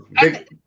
big